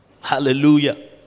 Hallelujah